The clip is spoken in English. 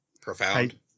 profound